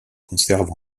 conserve